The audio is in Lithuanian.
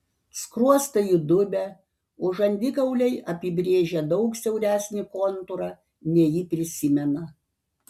skruostai įdubę o žandikauliai apibrėžia daug siauresnį kontūrą nei ji prisimena